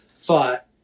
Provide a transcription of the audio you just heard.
thought